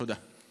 תודה.